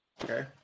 Okay